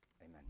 Amen